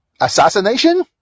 assassination